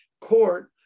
court